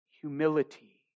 Humility